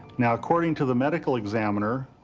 now, according to the medical examiner,